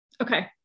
Okay